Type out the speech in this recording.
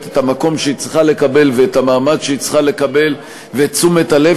את המקום שהיא צריכה לקבל ואת המעמד שהיא צריכה לקבל ואת תשומת הלב